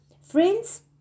Friends